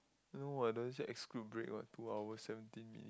no [what] doesn't say exclude break [what] two hour seventeen minute